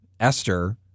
esther